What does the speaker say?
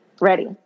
Ready